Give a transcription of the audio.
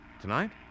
Tonight